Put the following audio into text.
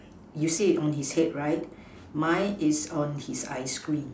you said on his head right mine is on his ice cream